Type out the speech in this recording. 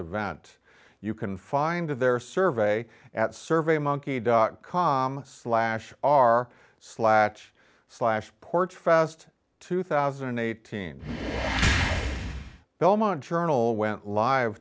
event you can find their survey at survey monkey dot com slash our slash slash port's fast two thousand and eighteen belmont journal went live